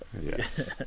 Yes